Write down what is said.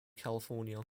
california